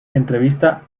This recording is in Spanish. entrevista